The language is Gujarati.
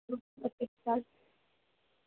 ઓકે ચાલો